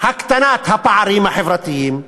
הקטנת הפערים החברתיים.